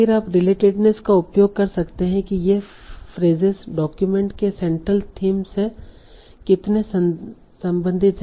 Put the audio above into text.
फिर आप रिलेटेडनेस का उपयोग कर सकते हैं कि ये फ्रेसेस डॉक्यूमेंट के सेंट्रल थीम से कितने संबंधित हैं